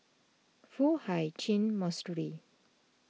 Foo Hai Ch'an Monastery